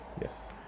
yes